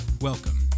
Welcome